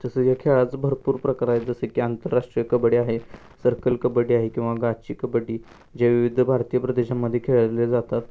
तसं या खेळाचं भरपूर प्रकार आहेत जसे की आंतरराष्ट्रीय कबड्डी आहे सर्कल कबड्डी आहे किंवा गाची कबड्डी ज्या विविध भारतीय प्रदेशांमध्ये खेळले जातात